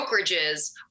brokerages